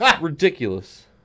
Ridiculous